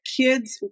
kids